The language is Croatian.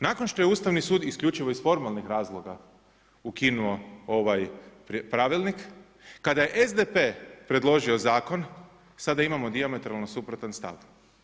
Nakon što je Ustavni sud isključivo iz formalnih razloga ukinuo ovaj Pravilnik, kada je SDP predložio zakon, sada imamo dijametralno suprotan stav.